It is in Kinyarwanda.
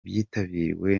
byitabiriwe